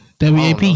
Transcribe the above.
WAP